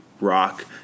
rock